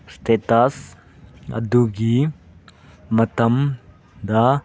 status ꯑꯗꯨꯒꯤ ꯃꯇꯝꯗ